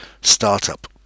Startup